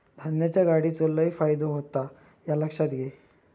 धान्याच्या गाडीचो लय फायदो होता ह्या लक्षात घे